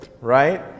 right